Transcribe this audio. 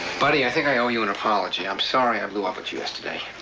buddy, i think i owe you an apology. i'm sorry i blew up at you yesterday.